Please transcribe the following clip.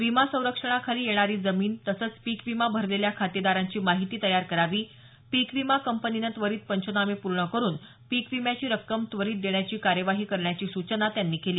विमा संरक्षणाखाली येणारी जमीन तसंच पीक विमा भरलेल्या खातेदारांची माहिती तयार करावी पिक विमा कंपनीने त्वरित पंचनामे पूर्ण करून पीक विम्याची रक्कम त्वरित देण्याची कार्यवाही करण्याची सूचना त्यांनी केली